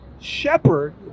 shepherd